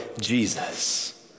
Jesus